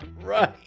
Right